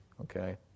okay